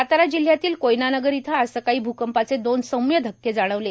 सातारा जि यातील कोयना नगर इथं आज सकाळी भुकंमाचे दोन सौ य ध के जानवले